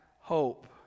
hope